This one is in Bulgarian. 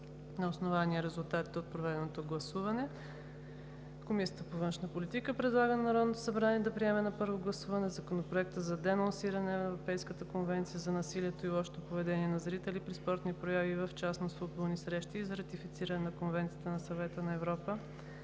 На основание на резултатите от проведеното гласуване Комисията по външна политика предлага на Народното събрание да приеме на първо гласуване Законопроект за денонсиране на Европейската конвенция за насилието и лошото поведение на зрители при спортни прояви и в частност футболни срещи и за ратифициране на Конвенцията на Съвета на Европа